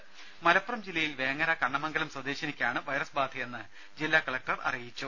ദേദ മലപ്പുറം ജില്ലയിൽ വേങ്ങര കണ്ണമംഗലം സ്വദേശിനിയ്ക്കാണ് വൈറസ് ബാധയെന്ന് ജില്ലാ കലക്ടർ ജാഫർ മലിക് അറിയിച്ചു